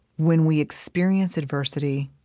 when we experience adversity,